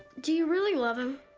do you really love him?